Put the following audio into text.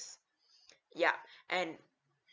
ya and